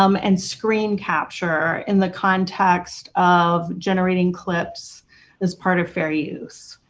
um and screen capture in the context of generating clips as part of fair use.